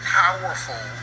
powerful